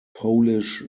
polish